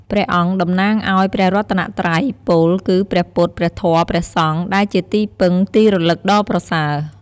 ព្រះអង្គតំណាងឲ្យព្រះរតនត្រ័យ ពោលគឺ ព្រះពុទ្ធ ព្រះធម៌ ព្រះសង្ឃ ដែលជាទីពឹងទីរលឹកដ៏ប្រសើរ។